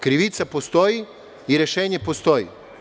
Krivica postoji i rešenje postoji.